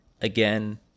Again